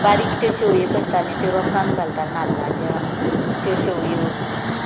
बारीक त्यो शेवयो करतालीं त्यो रोसान घालतालीं नाल्लाच्या त्यो शेवयो